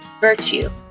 virtue